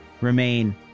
remain